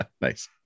Nice